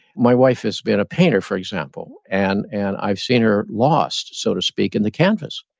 my wife has been a painter, for example, and and i've seen her lost, so to speak, in the canvas.